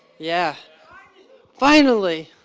yeah finally.